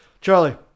Charlie